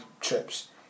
trips